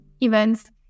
events